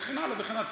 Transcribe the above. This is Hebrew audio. וכן הלאה וכן הלאה,